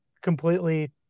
completely